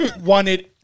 wanted